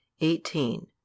eighteen